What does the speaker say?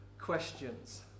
questions